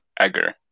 Egger